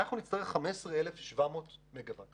אנחנו נצטרך 15,700 מגה וואט.